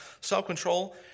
self-control